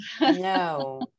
No